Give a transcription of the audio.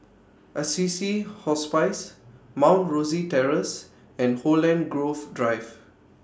Assisi Hospice Mount Rosie Terrace and Holland Grove Drive